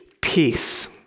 peace